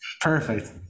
Perfect